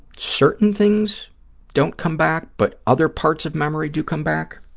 certain things don't come back but other parts of memory do come back?